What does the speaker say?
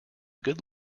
good